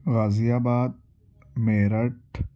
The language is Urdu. غازی آباد میرٹھ